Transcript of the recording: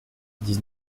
dix